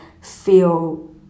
feel